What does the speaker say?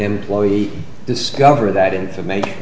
employee discover that information